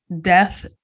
death